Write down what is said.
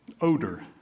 Odor